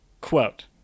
quote